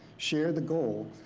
share the goal,